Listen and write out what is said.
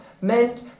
meant